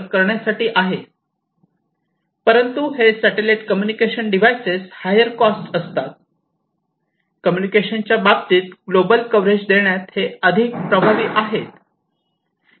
परंतु हे satellite communication devices higher cost असतात परंतु कम्युनिकेशनच्या बाबतीत ग्लोबल कव्हरेज देण्यात हे अधिक प्रभावी आहे